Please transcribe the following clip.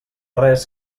res